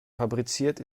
fabriziert